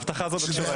תנו לי